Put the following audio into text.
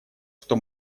что